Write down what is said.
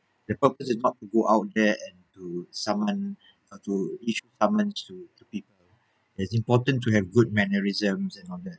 the purpose is not to go out there and to summon or to issue summons to the people it's important to have good mannerisms and all that